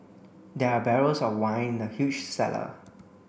there are barrels of wine in the huge cellar